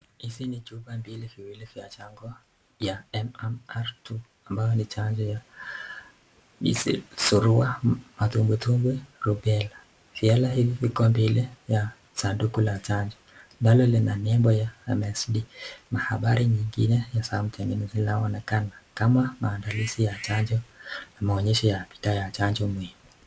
Hizi ni chupa viwili vya chanjo ya M-M-R 11 ambayo ni surua, matumbwitumbwi, rubella. Viala hivi viko mbili juu ya sanduku la chanjo ambalo lina nembo ya MSD , mahabari nyingine hasa laonekana kama maandalizi ya na maonyesho ya bidhaa ya chanjo mihimu.